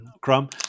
Crum